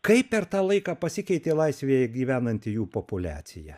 kaip per tą laiką pasikeitė laisvėje gyvenanti jų populiacija